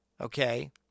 Okay